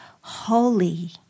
holy